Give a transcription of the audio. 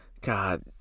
God